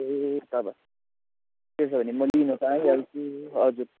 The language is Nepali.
ए तब त्यसो भने म लिनु त आइहाल्छु हजुर